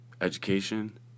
education